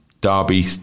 Derby